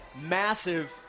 massive